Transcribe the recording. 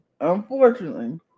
unfortunately